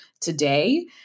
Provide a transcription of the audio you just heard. today